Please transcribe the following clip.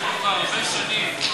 חברת קצא"א משלמת כבר הרבה שנים לאילת,